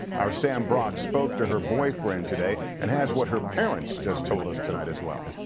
our sam brock spoke to her boyfriend today and has what her parents just told us tonight as well.